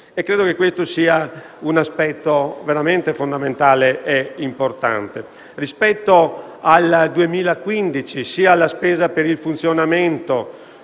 Credo che questo sia un aspetto veramente fondamentale ed importante. Rispetto al 2015, sia la spesa di funzionamento,